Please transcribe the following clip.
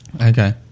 Okay